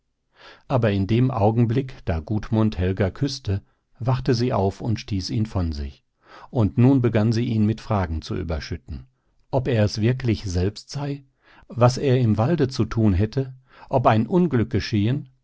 aber in dem augenblick da gudmund helga küßte wachte sie auf und stieß ihn von sich und nun begann sie ihn mit fragen zu überschütten ob er es wirklich selbst sei was er im walde zu tun hätte ob ein unglück geschehen